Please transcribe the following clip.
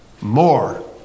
more